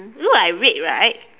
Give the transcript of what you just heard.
look like red right